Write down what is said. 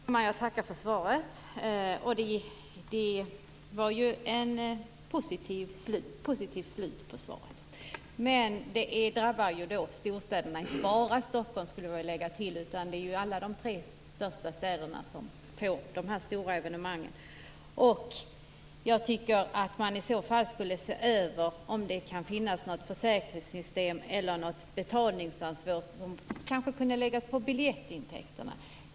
Fru talman! Jag tackar för svaret. Det var ju ett positivt slut på svaret. Men det här drabbar storstäderna, och inte bara Stockholm skulle jag vilja lägga till. Det är ju alla de tre största städerna som får de här stora evenemangen. Jag tycker att man i så fall skulle se över om det kan finnas något försäkringssystem eller något betalningsansvar som kanske kunde läggas på biljettintäkterna.